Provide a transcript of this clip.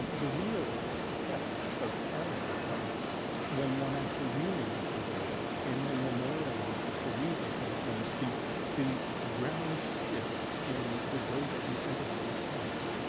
the real test of character comes when one actually renames the building and then memorializes the reason for the change. the the ground shift in the way that you think about your past,